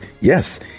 Yes